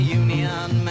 union